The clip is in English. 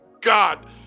God